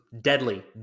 deadly